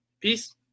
Peace